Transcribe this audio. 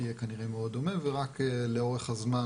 יהיה כנראה מאוד דומה ורק לאורך הזמן